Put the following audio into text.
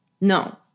No